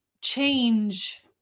change